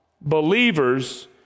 believers